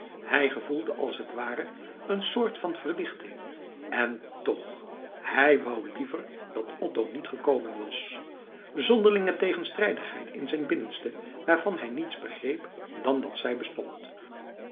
hij gevoelde als het ware een soort van verlichting en toch hij wou liever dat otto niet gekomen was zonderlinge tegenstrijdigheid in zijn binnenste waarvan hij niets begreep dan dat zij bestond